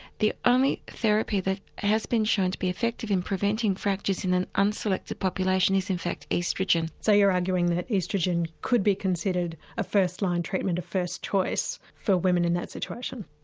the only therapy that has been shown to be effective in preventing fractures in an unselected population is in fact oestrogen. so you're arguing that oestrogen could be considered a first line treatment of first choice for women in that situation?